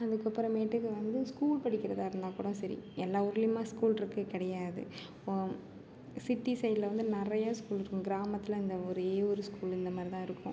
அதுக்கப்புறமேட்டுக்கு வந்து ஸ்கூல் படிக்கிறதாக இருந்தால் கூட சரி எல்லாம் ஊர்லையுமா ஸ்கூல் இருக்குது கிடையாது சிட்டி சைடில் வந்து நிறைய ஸ்கூல் இருக்கும் கிராமத்தில் இந்த ஒரே ஒரு ஸ்கூல் இந்த மாதிரி தான் இருக்கும்